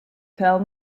tell